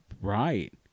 right